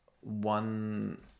one